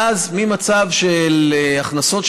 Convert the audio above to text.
ואז ממצב של הכנסות,